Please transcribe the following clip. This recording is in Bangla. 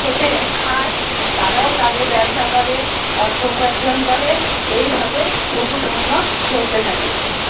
খেতে খায় তারাও তাদের ব্যবসা করে অর্থ উপার্জন করে এই ভাবে পশুপণ্য চলতে থাকে